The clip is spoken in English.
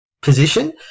position